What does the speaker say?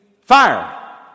fire